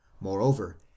Moreover